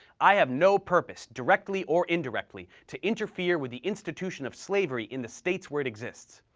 i have no purpose, directly or indirectly, to interfere with the institution of slavery in the states where it exists.